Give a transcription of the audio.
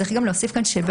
צריך גם להוסיף כאן שגם